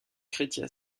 chrétien